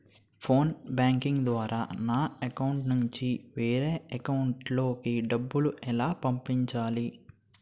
Phone banking ద్వారా నా account నుంచి వేరే అకౌంట్ లోకి డబ్బులు ఎలా పంపించాలి?